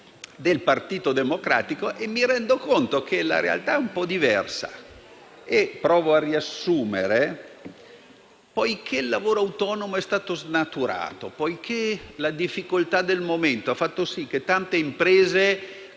del Partito Democratico e mi rendo conto che la realtà è un po' diversa. Provo a riassumere: poiché il lavoro autonomo è stato snaturato, poiché la difficoltà del momento ha fatto sì che tante imprese